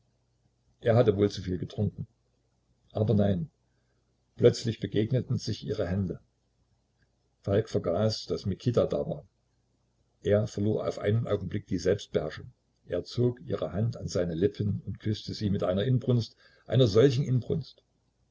er hatte wohl zu viel getrunken aber nein plötzlich begegneten sich ihre hände falk vergaß daß mikita da war er verlor auf einen augenblick die selbstbeherrschung er zog ihre hand an seine lippen und küßte sie mit einer inbrunst einer solchen inbrunst